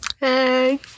Hey